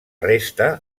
resta